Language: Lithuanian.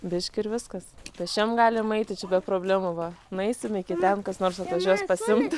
biški ir viskas pėsčiom galima eiti čia be problemų va nueisim iki ten kas nors atvažiuos pasiimt